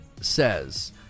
says